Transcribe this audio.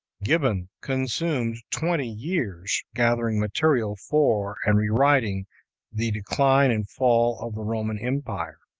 gibbon consumed twenty years gathering material for and rewriting the decline and fall of the roman empire.